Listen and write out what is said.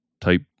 type